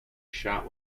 shot